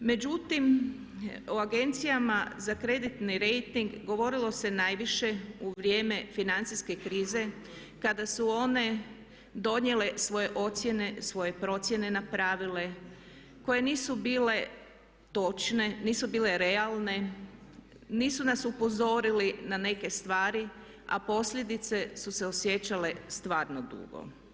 Međutim, o agencijama za kreditni rejting govorilo se najviše u vrijeme financijske krize kada su one donijele svoje ocjene, svoje procjene napravile koje nisu bile točne, nisu bile realne, nisu nas upozorili na neke stvari a posljedice su se osjećale stvarno dugo.